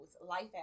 life